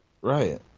Right